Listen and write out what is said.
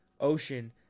ocean